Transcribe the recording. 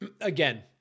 again